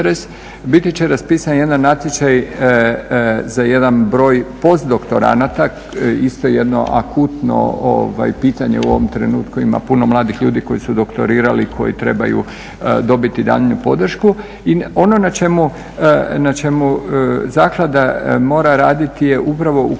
Biti će raspisan jedan natječaj za jedan broj posdoktorana, isto jedno akutno pitanje, u ovom trenutku ima puno mladih ljudi koji su doktorirali i koji trebaju dobiti daljnju podršku. Ono na čemu zaklada mora raditi je upravo